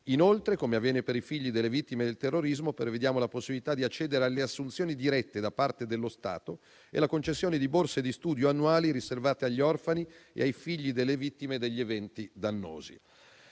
Inoltre, come avviene per i figli delle vittime del terrorismo, prevediamo la possibilità di accedere alle assunzioni dirette da parte dello Stato e la concessione di borse di studio annuali riservate agli orfani e ai figli delle vittime degli eventi dannosi.